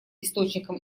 источником